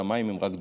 והמים הם רק דוגמה.